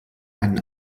einen